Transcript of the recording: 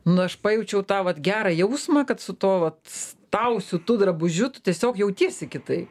nu aš pajaučiau tą vat gerą jausmą kad su tuo vat tau siūtu drabužiu tu tiesiog jautiesi kitaip